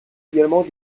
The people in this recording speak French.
également